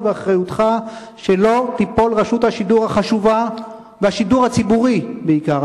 ובאחריותך שלא ייפלו רשות השידור החשובה והשידור הציבורי בעיקר,